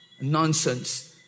nonsense